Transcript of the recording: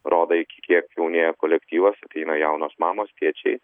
rodai iki kiek jaunėja kolektyvas ateina jaunos mamos tėčiai